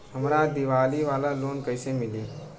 हमरा दीवाली वाला लोन कईसे मिली?